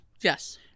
Yes